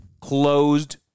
closed